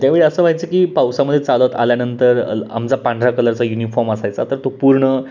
त्यावेळी असं व्हायचं की पावसामध्ये चालत आल्यानंतर आमचा पांढरा कलरचा युनिफॉर्म असायचा तर तो पूर्ण